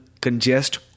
congest